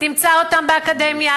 תמצא אותם באקדמיה,